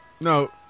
No